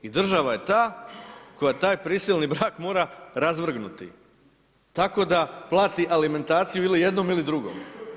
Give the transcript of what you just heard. I država je ta koja taj prisilni brak mora razvrgnuti tako da plati alimentaciju ili jednom ili drugom.